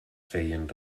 feien